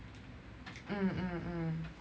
mm mm mm